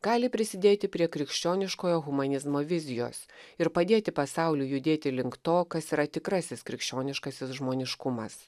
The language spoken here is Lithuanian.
gali prisidėti prie krikščioniškojo humanizmo vizijos ir padėti pasauliui judėti link to kas yra tikrasis krikščioniškasis žmoniškumas